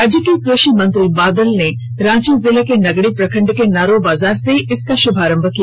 राज्य के कृषि मंत्री बादल ने रांची जिले के नगड़ी प्रखंड के नारो बाजार से इसका शुभारंभ किया